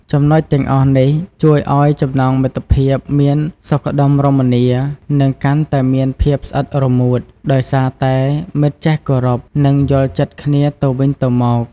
ចំណុចទាំងអស់នេះ ជួយឱ្យចំណងមិត្តភាពមានសុខដុមរមនា និងកាន់តែមានភាពស្អិតរមួត ដោយសារតែមិត្តចេះគោរព និងយល់ចិត្តគ្នាទៅវិញទៅមក។